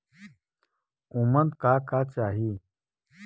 उमन का का चाही?